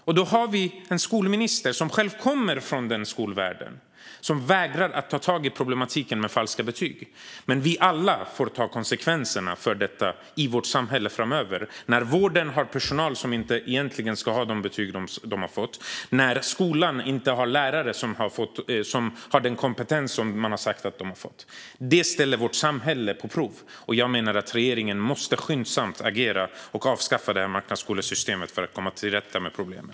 Samtidigt har vi en skolminister som själv kommer från denna skolvärld och som vägrar att ta tag i problematiken med falska betyg. Men vi alla får dra konsekvenserna av det i vårt samhälle framöver när vården har personal med betyg som de egentligen inte borde ha fått eller när skolan har lärare som inte har den kompetens som man säger att de har. Detta ställer vårt samhälle på prov. Regeringen måste skyndsamt agera och avskaffa marknadsskolesystemet för att komma till rätta med problemet.